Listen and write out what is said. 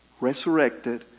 resurrected